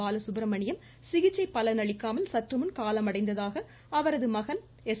பாலசுப்ரமணியம் சிகிச்சை பலனளிக்காமல் சற்றுமுன் காலமடைந்ததாக அவரது மகன் எஸ்